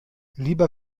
lieber